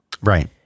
Right